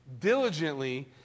diligently